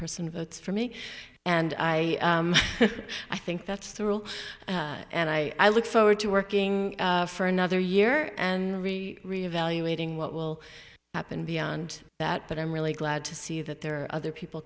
person votes for me and i i think that's the rule and i look forward to working for another year and reevaluating what will happen beyond that but i'm really glad to see that there are other people